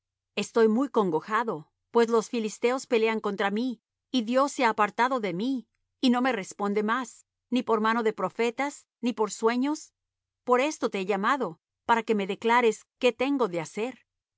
estoy muy congojado pues los filisteos pelean contra mí y dios se ha apartado de mí y no me responde más ni por mano de profetas ni por sueños por esto te he llamado para que me declares qué tengo de hacer